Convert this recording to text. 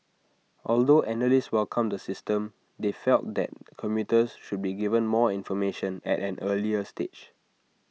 although analysts welcomed the system they felt that commuters should be given more information at an earlier stage